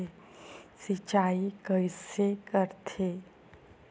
सिंचाई कइसे करथे?